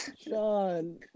Sean